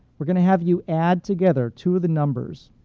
we're going to have you add together two of the numbers.